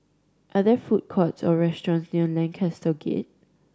are there food courts or restaurants near Lancaster Gate